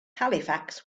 halifax